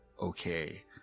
okay